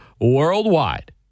worldwide